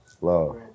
love